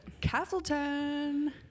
Castleton